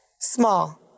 Small